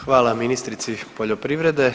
Hvala ministrici poljoprivrede.